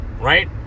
Right